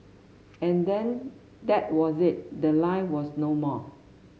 and then that was it the line was no more